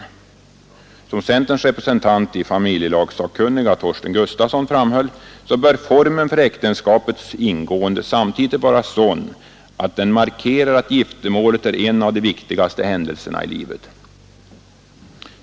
Såsom centerns representant i familjelagssakkunniga Torsten Gustafsson framhöll, bör formen för äktenskaps ingående samtidigt vara sådan att den markerar att giftermålet är en av de viktigaste händelserna i livet.